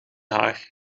haar